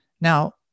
Now